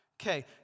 Okay